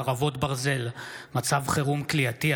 חרבות ברזל) (מצב חירום כליאתי),